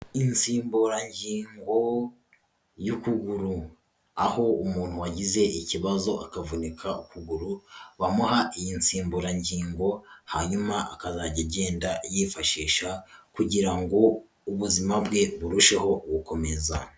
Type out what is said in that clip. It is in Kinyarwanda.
Insimburangingo y'ukuguru, aho umuntu wagize ikibazo akavunika ukuguru bamuha iyi nsimburangingo; hanyuma akazajya agenda ayifashisha kugira ngo ubuzima bwe burusheho gukomeza.